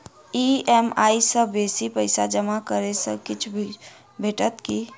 EMI सँ बेसी पैसा जमा करै सँ किछ छुट भेटत की?